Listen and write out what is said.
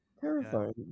Terrifying